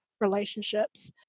relationships